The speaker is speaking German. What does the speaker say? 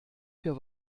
für